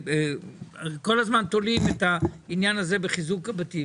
כל הזמן תולים את העניין הזה בחיזוק הבתים,